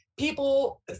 people